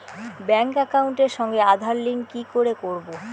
Bank একাউন্টের সঙ্গে Aadhaar link কি করে করবো?